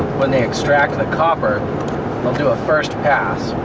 when they extract the copper they'll do a first pass,